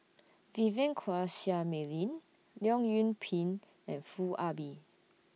Vivien Quahe Seah Mei Lin Leong Yoon Pin and Foo Ah Bee